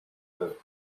peuvent